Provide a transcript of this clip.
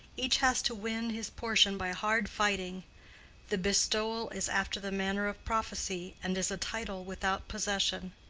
each has to win his portion by hard fighting the bestowal is after the manner of prophecy, and is a title without possession.